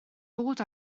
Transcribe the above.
bod